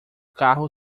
carro